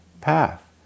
path